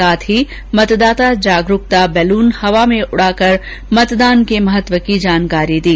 साथ ही मतदाता जागरूकता बैलून हवा में उड़ाकर मतदान के महत्व की जानकारी दी